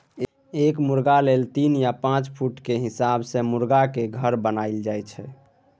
एक मुरगा लेल तीन या पाँच फुट केर हिसाब सँ मुरगाक घर बनाएल जाइ छै